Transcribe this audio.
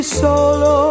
solo